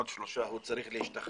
עוד שלושה שבועות הוא צריך להשתחרר,